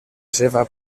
seva